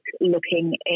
looking